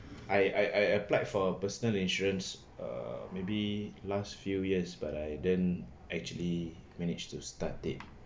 I I I applied for a personal insurance err maybe last few years but I then actually manage to start date